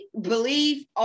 believe